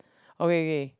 okay K